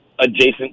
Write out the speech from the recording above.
adjacent